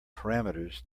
parameters